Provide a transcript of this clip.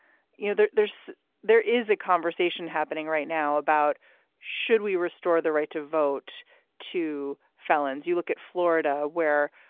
you know, there's there is a conversation happening right now about should we restore the right to vote to felons? you look at florida where,